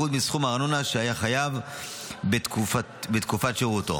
מסכום הארנונה שהיה חייב בתקופת שירותו.